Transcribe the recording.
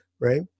Right